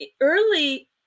early